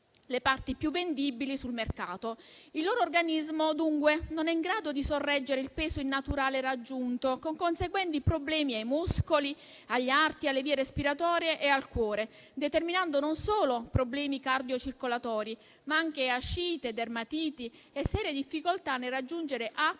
le parti più vendibili sul mercato. Il loro organismo, dunque, non è in grado di sorreggere il peso innaturale raggiunto, con conseguenti problemi ai muscoli, agli arti, alle vie respiratorie e al cuore, determinando non solo problemi cardiocircolatori, ma anche ascite, dermatiti e serie difficoltà nel raggiungere acqua